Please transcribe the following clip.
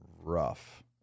rough